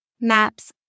Maps